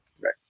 right